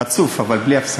רצוף אבל, בלי הפסקות.